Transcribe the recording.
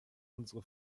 unsere